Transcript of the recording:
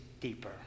deeper